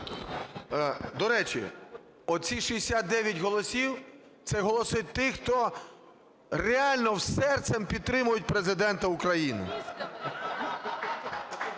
До речі, оці 69 голосів - це голоси тих, хто реально серцем підтримують Президента України.